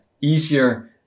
easier